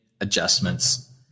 adjustments